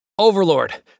Overlord